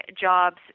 jobs